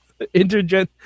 Intergen